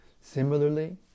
Similarly